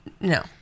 No